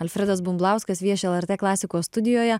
alfredas bumblauskas vieši lrt klasikos studijoje